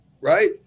right